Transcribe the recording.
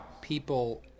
people